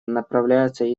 направляется